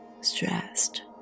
stressed